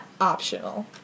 optional